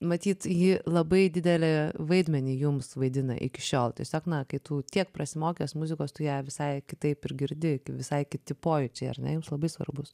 matyt ji labai didelį vaidmenį jums vaidina iki šiol tiesiog na kai tu tiek prasimokęs muzikos tu ją visai kitaip ir girdi visai kiti pojūčiai ar ne jums labai svarbūs